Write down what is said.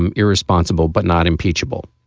um irresponsible, but not impeachable.